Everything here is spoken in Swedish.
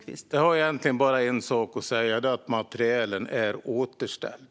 Fru talman! Jag har egentligen bara en sak att säga, nämligen att materielen är återställd.